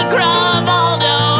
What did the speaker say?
Gravaldo